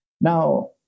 Now